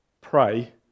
pray